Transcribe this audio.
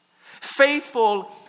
faithful